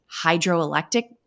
hydroelectric